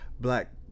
black